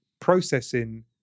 processing